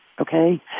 okay